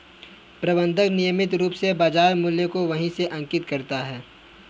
प्रबंधक नियमित रूप से बाज़ार मूल्य को बही में अंकित करता है